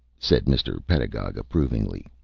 said mr. pedagog, approvingly.